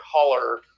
color